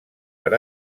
per